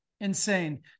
insane